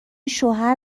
شوهر